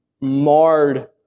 marred